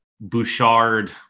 Bouchard